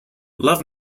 love